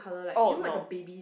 oh no